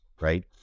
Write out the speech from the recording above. right